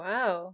Wow